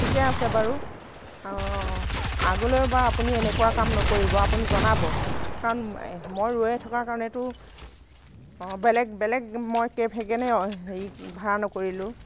ঠিকেই আছে বাৰু অঁ আগলৈবা আপুনি এনেকুৱা কাম নকৰিব আপুনি জনাব কাৰণ মই ৰৈ থকাৰ কাৰণেতো অঁ বেলেগ বেলেগ মই কেব সেই কাৰণে হেৰি ভাড়া নকৰিলোঁ